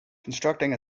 constructing